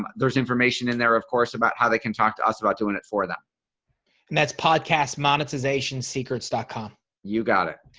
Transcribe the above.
but there's information in there of course about how they can talk to us about doing it for them and that's podcasts monetization secrets dot dot com you got it.